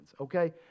okay